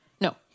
No